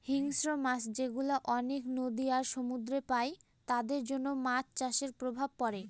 হিংস্র মাছ যেগুলা অনেক নদী আর সমুদ্রেতে পাই তাদের জন্য মাছ চাষের প্রভাব পড়ে